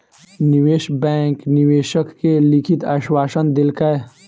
निवेश बैंक निवेशक के लिखित आश्वासन देलकै